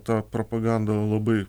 ta propaganda labai